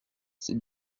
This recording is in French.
c’est